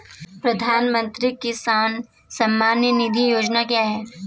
प्रधानमंत्री किसान सम्मान निधि योजना क्या है?